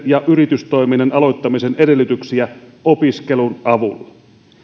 ja yritystoiminnan aloittamisen edellytyksiä opiskelun avulla